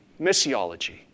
missiology